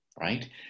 right